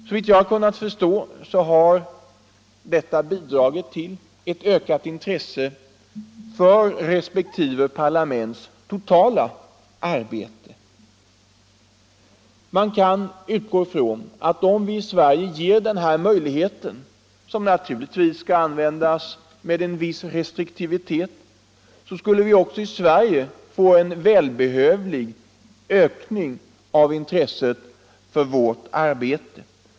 Såvitt jag kunnat förstå har detta bidragit till ett ökat intresse för resp. parlaments totala arbete. Man kan utgå ifrån att om vi i Sverige får den här möjligheten, som naturligtvis skall användas med en viss restriktivitet, skulle vi också få en välbehövlig ökning av intresset för vårt arbete.